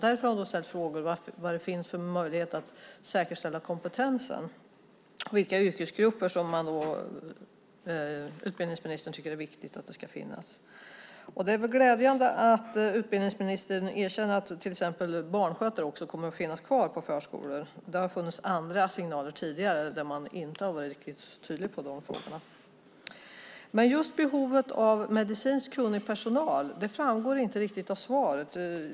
Därför har hon frågat vilka möjligheter som finns när det gäller att säkerställa kompetensen och vilka yrkesgrupper som utbildningsministern tycker är viktiga och ska finnas. Det är väl glädjande att utbildningsministern erkänner att till exempel också barnskötare kommer att finnas kvar i förskolor. Tidigare har det funnits andra signaler där man inte varit riktigt tydlig i de frågorna. Men just hur det är med behovet av medicinskt kunnig personal framgår inte riktigt av svaret.